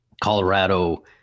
colorado